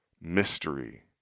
mystery